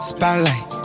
Spotlight